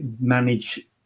manage